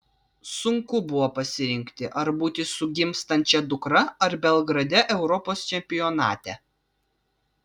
sunku buvo pasirinkti ar būti su gimstančia dukra ar belgrade europos čempionate